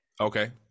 Okay